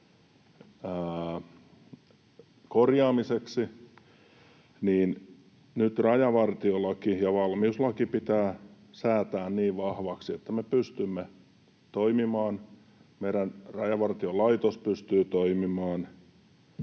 korjaamiseksi, niin nyt rajavartiolaki ja valmiuslaki pitää säätää niin vahvoiksi, että me pystymme toimimaan, meidän Rajavartiolaitos pystyy toimimaan